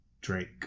Drake